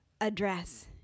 address